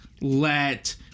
let